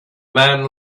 man